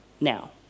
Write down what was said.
now